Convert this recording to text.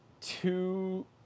Two